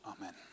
Amen